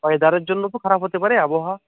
ওয়েদারের জন্যও তো খারাপ হতে পারে আবহাওয়া